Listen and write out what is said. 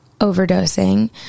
overdosing